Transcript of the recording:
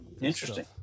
Interesting